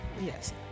yes